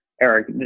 Eric